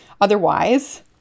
Otherwise